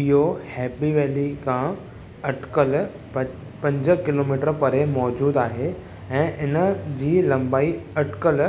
इहो happy valley खां अटिकल पंज किलोमीटर परे मौजूदु आहे ऐं इन जी लम्बाई अटिकल